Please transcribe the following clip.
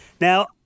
Now